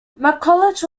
mcculloch